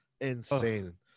insane